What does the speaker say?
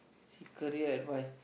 see career advice